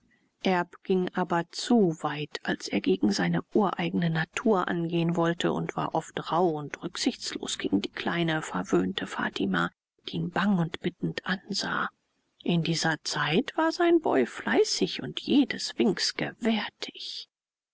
ging aber zu weit als er gegen seine ureigne natur angehen wollte und war oft rauh und rücksichtslos gegen die kleine verwöhnte fatima die ihn bang und bittend ansah in dieser zeit war sein boy fleißig und jedes winks gewärtig